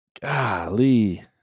Golly